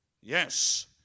Yes